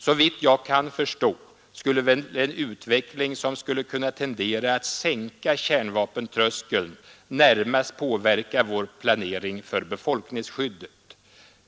Såvitt jag kan förstå skulle väl en utveckling som skulle kunna tendera att sänka kärnvapentröskeln närmast påverka vår planering för befolkningsskyddet.